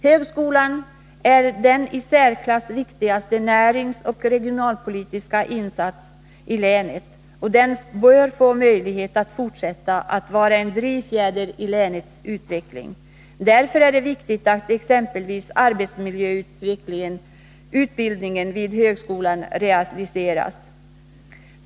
Högskolan är den i särklass viktigaste näringsoch regionalpolitiska insatsen i länet, och den bör få möjlighet att fortsätta att vara en drivfjäder i länets utveckling. Därför är det viktigt att exempelvis arbetsmiljöutbildningen vid högskolan realiseras.